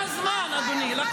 לקחו לי חצי מהזמן, אדוני.